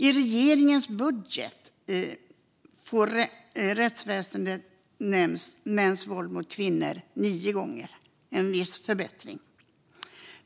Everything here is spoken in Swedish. I regeringens budget för rättsväsendet nämns mäns våld mot kvinnor nio gånger. Det är en viss förbättring.